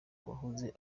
uwahoze